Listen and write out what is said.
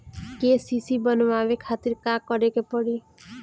KCC बनवावे खातिर का करे के पड़ी?